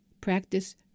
practice